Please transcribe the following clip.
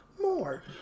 More